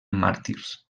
màrtirs